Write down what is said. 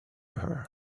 her